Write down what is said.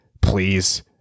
please